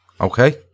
Okay